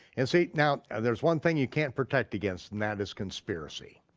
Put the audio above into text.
and see, now, there's one thing you can't protect against and that is conspiracy.